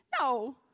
No